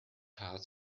heart